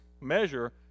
measure